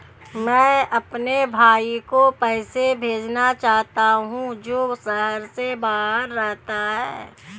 मैं अपने भाई को पैसे भेजना चाहता हूँ जो शहर से बाहर रहता है